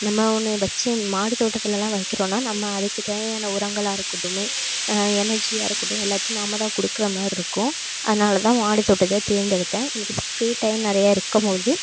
நம்ம ஒன்று வச்சு மாடித் தோட்டத்துலெலாம் வைக்கிறோம்னா நம்ம அதுக்குத் தேவையான உரங்களாக இருக்கட்டுமே எனர்ஜியாக இருக்கட்டும் எல்லாத்தையும் நாம் தான் கொடுக்கற மாதிரி இருக்கும் அதனால் தான் மாடித் தோட்டத்தை தேர்ந்தெடுத்தேன் எனக்கு ஸ் ஃப்ரீ டைம் நிறைய இருக்கும் போது